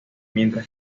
mientras